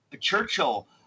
Churchill